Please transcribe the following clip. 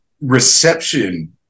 reception